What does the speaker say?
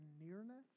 nearness